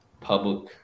public